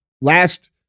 last